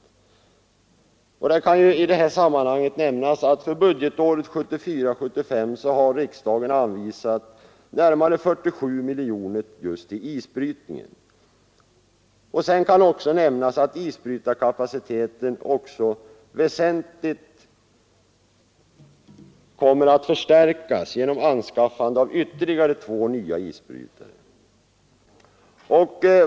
Det kan i detta sammanhang nämnas att riksdagen för budgetåret 1974/75 har anvisat ca 47 miljoner kronor till isbrytningen. Isbrytarkapaciteten kommer också att väsentligt förstärkas genom anskaffande av ytterligare två nya isbrytare.